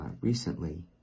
Recently